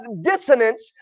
dissonance